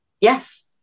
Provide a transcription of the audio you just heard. yes